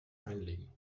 einlegen